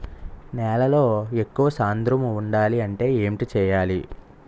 నేలలో ఎక్కువ సాంద్రము వుండాలి అంటే ఏంటి చేయాలి?